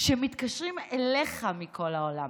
שמתקשרים אליך מכל העולם.